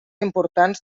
importants